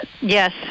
Yes